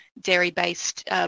dairy-based